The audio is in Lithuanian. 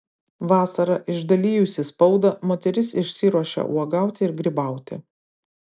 vasarą išdalijusi spaudą moteris išsiruošia uogauti ir grybauti